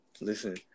Listen